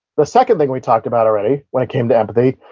the second thing we talked about already when it came to empathy,